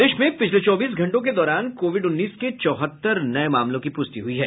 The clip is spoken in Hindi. प्रदेश में पिछले चौबीस घंटों के दौरान कोविड उन्नीस के चौहत्तर नये मामलों की प्रष्टि हुई है